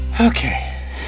Okay